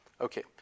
Okay